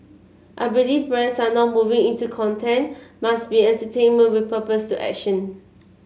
I believe brands now moving into content must be entertainment with purpose to action